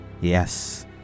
yes